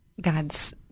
god's